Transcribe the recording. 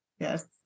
Yes